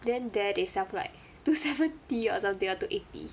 then there they sell like two seventy or something or two eighty